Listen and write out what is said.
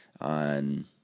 on